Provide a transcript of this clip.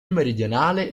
meridionale